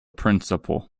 principal